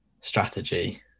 strategy